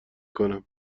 کنم